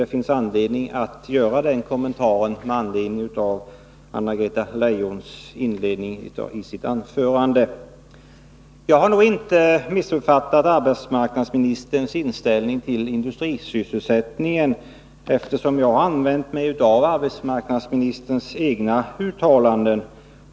Det finns anledning att göra den kommentaren med anledning av Anna-Greta Leijons inledning av sitt anförande. Jag har nog inte missuppfattat arbetsmarknadsministerns inställning till industrisysselsättningen, eftersom jag har använt mig av arbetsmarknadsministerns egna uttalanden.